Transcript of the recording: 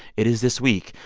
it is this week.